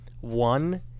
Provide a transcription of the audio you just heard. One